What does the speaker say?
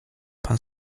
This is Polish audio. pan